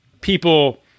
people